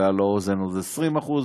ועל האוזן עוד 20%,